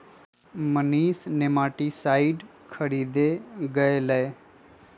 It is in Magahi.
मनीष नेमाटीसाइड खरीदे गय लय